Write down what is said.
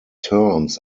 terms